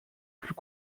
plus